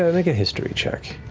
ah make a history check.